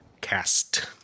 cast